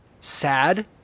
sad